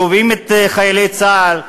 תובעים את חיילי צה"ל,